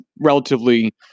relatively